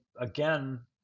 again